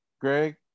Greg